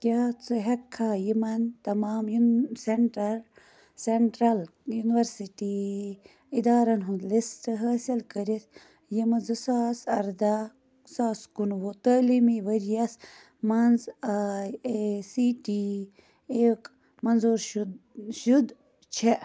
کیٛاہ ژٕ ہٮ۪کٕکھا یِمَن تمام یِم سینٛٹَر سینٹرٛل یونیٛوٗرسِٹی اِدارن ہُنٛد لِسٹہٕ حٲصِل کٔرِتھ یِمہٕ زٕ ساس اَرداہ زٕ ساس کُنوُہ تعلیٖمی ؤریَس منٛز آئی ایٚے سی ٹی اییُک منظوٗر شُد شُد چھےٚ